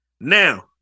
Now